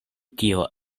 tio